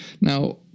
Now